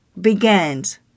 begins